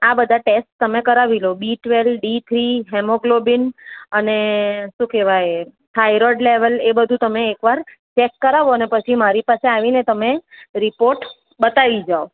આ બધાં ટેસ્ટ તમે કરાવી લો B twelve D three haemoglobin અને શું કહેવાય થાઈરૉઈડ લેવલ એ બધું તમે એકવાર ચેક કરાવો અને પછી મારી પાસે આવીને તમે રિપોર્ટ બતાવી જાવ